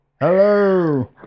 Hello